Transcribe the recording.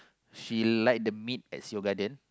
she like the meat at Seoul-Garden